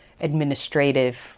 administrative